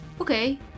Okay